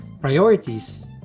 priorities